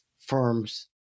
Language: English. firms